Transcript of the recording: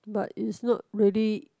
but is not really